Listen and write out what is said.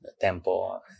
tempo